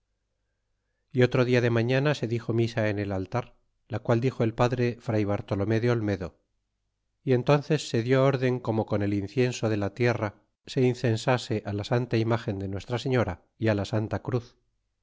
y otro dia de mañana se dixo misa en el altar la qual dixo el padre fray bartolome de olmedo y entónces se dió orden como con el incienso de la tierra se incensase la santa imagen de nuestra señora y la santa cruz